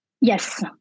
yes